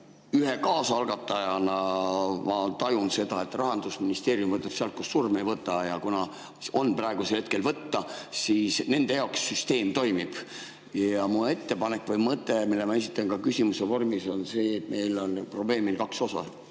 Ühe kaasalgatajana ma tajun seda, et Rahandusministeerium võtab sealt, kust surm ka ei võta. Ja kuna on praegusel hetkel võtta, siis nende jaoks süsteem toimib. Mu ettepanek või mõte, mille ma esitan ka küsimuse vormis, on see, et meil on probleemil kaks osa.